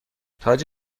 تاج